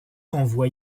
renvoie